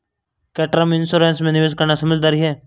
क्या term insurance में निवेश करना समझदारी है?